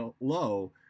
low